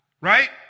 right